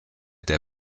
der